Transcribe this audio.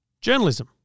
journalism